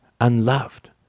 unloved